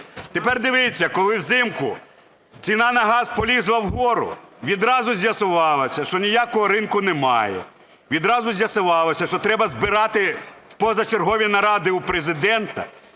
Тепер, дивіться, коли взимку ціна на газ полізла вгору, відразу з'ясувалося, що ніякого ринку немає, відразу з'ясувалося, що треба збирати позачергові наради у Президента,